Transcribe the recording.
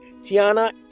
tiana